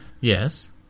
Yes